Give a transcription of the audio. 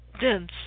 Dense